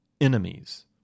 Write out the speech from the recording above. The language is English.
enemies